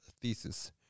thesis